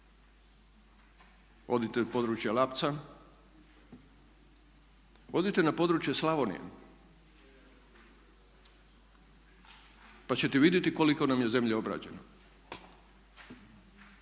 odite u područje Lapca, odite na područje Slavonije, pa ćete vidjeti koliko nam je zemlje obrađeno.